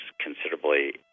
considerably